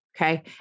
Okay